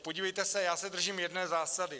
Podívejte se, já se držím jedné zásady.